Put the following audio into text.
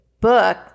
book